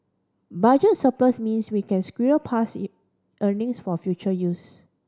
budget surplus means we can squirrel past E earnings for future use